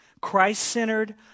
Christ-centered